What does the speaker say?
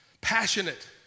passionate